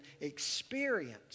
experience